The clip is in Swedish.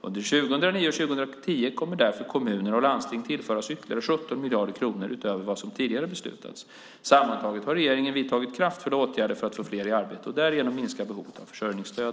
Under 2009 och 2010 kommer därför kommuner och landsting att tillföras ytterligare 17 miljarder kronor utöver vad som tidigare beslutats. Sammantaget har regeringen vidtagit kraftfulla åtgärder för att få fler i arbete och därigenom minska behovet av försörjningsstöd.